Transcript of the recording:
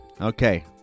Okay